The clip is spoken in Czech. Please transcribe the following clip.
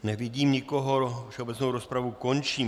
Nevidím nikoho, všeobecnou rozpravu končím.